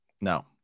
No